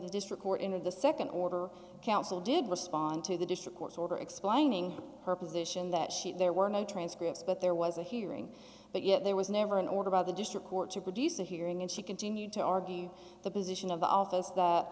district court in of the nd order counsel did respond to the district court's order explaining her position that she there were no transcripts but there was a hearing but yet there was never an order by the district court to produce a hearing and she continued to argue the position of the office that